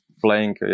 playing